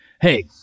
Hey